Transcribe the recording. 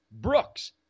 Brooks